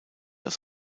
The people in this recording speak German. aus